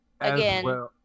Again